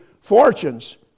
fortunes